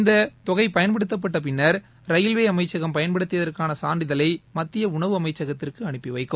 இந்த தொகை பயன்படுத்தப்பட்ட பின்னர் ரயில்வே அமைச்சகம் பயன்படுத்தியதற்கான சான்றிதழை மத்திய உணவு அமைச்சகத்திற்கு அனுப்பி வைக்கும்